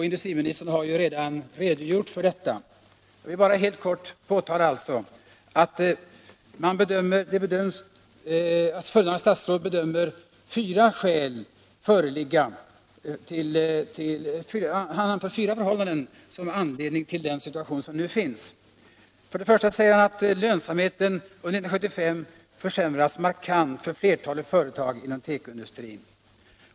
Industriministern har redan redogjort för detta. Jag vill bara helt kort påpeka att föredragande statsrådet bedömer att det finns fyra skäl för att vi hamnat i detta läge. För det första försämrades lönsamheten under 1975 markant för flertalet företag inom tekoindustrin.